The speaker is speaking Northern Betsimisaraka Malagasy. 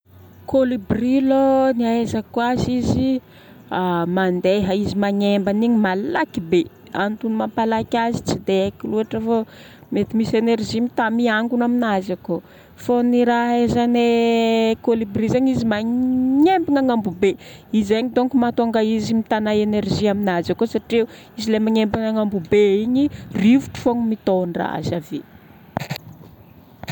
Kôlibria lôha, ny ahaizako azy izy mandeha, izy magnembana igny malaky be. Antony mampalaky azy tsy dia haiko loatra fô mety misy énergie mita- miangona aminazy akao. Fô ny raha ahaizanay kôlibria zegny, izy magnembana agnambo be. Izegny donko mahatonga izy mitana énergie aminazy akao satria izy le magnembana agnambo be igny, rivotra fogna mitondra azy ave.